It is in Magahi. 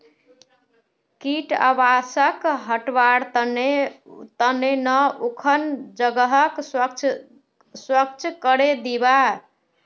कीट आवासक हटव्वार त न उखन जगहक स्वच्छ करे दीबा